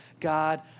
God